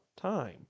time